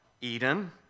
Eden